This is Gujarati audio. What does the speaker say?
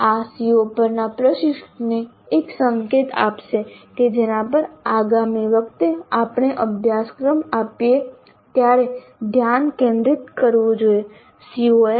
આ CO પરના પ્રશિક્ષકને એક સંકેત આપશે કે જેના પર આગામી વખતે આપણે અભ્યાસક્રમ આપીએ ત્યારે ધ્યાન કેન્દ્રિત કરવું જોઈએ